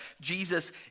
Jesus